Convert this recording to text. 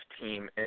team